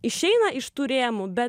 išeina iš tų rėmų bet